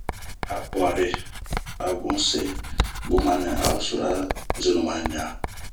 A uare ,a bun see, bun ma ɛ a o sura zenu ma ɲaa.